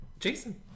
Jason